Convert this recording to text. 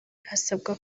hasabwa